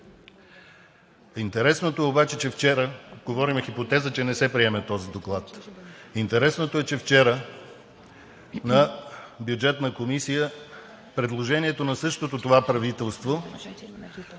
Интересното е, че вчера на Бюджетна комисия предложението на същото това правителство